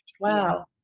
wow